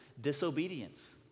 disobedience